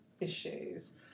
issues